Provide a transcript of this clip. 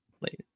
Later